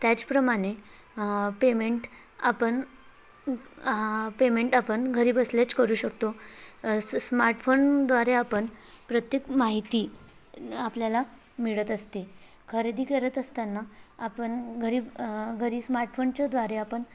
त्याचप्रमाणे पेमेंट आपण पेमेंट आपण घरी बसल्याच करू शकतो स् स्मार्टफोनद्वारे आण प्रत्येक माहिती आपल्याला मिळत असते खरेदी करत असताना आपण घरी घरी स्मार्टफोनच्याद्वारे आपण